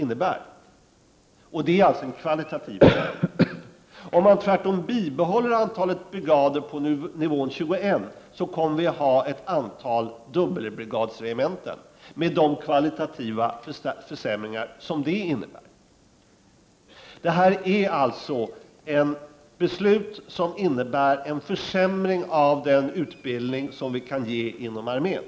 Dessutom blir det inte så bred användbarhet. Om man gör tvärtom och bibehåller de 21 brigaderna, kommer det att bli ett antal dubbelbrigadsregementen — med de kvalitativa försämringar som det för med sig. Det här beslutet innebär alltså en försämring av utbildningen inom armén.